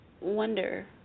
wonder